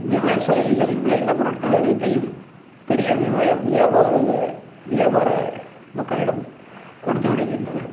விவசாயிகள் விளைந்த பொருட்கள் அனைத்தையும் பெரிய வியாபாரக வியாபார மக்களிடம் கொடுத்து விடுகின்றன